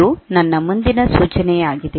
ಇದು ನನ್ನ ಮುಂದಿನ ಸೂಚನೆಯಾಗಿದೆ